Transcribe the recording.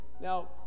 Now